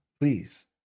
please